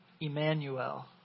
Emmanuel